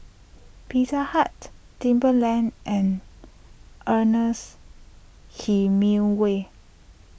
Pizza Hut Timberland and Ernest Hemingway